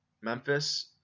Memphis